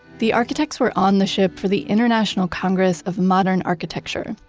the architects were on the ship for the international congress of modern architecture,